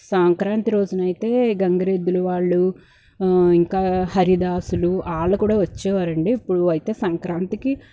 సంక్రాంతి రోజునైతే గంగిరెద్దులు వాళ్ళు ఇంకా హరిదాసులు వాళ్ళు కూడా వచ్చేవారండి ఇప్పుడు అయితే సంక్రాంతికి